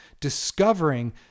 discovering